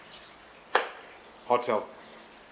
hotel